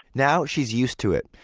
now she's used to it.